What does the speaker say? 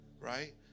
Right